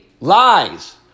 lies